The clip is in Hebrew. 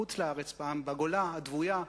בחוץ-לארץ, פעם, בגולה הדוויה,